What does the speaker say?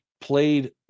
played